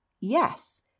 Yes